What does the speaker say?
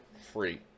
free